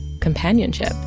companionship